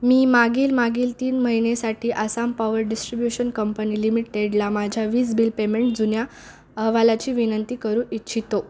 मी मागील मागील तीन महिनेसाठी आसाम पॉवर डिस्ट्र्रीब्युशन कंपनी लिमिटेडला माझ्या वीज बिल पेमेंट जुन्या अहवालाची विनंती करू इच्छितो